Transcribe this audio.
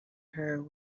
her